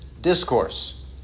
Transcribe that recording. Discourse